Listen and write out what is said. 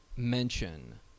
mention